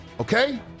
okay